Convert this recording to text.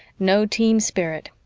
no team spirit.